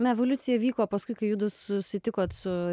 na evoliucija vyko paskui kai judu susitikot su